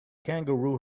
kangaroo